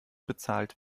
bezahlt